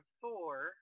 four